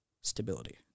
stability